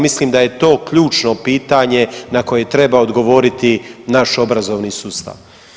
Mislim da je to ključno pitanje na koje treba odgovoriti naš obrazovni sustav.